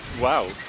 Wow